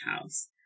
house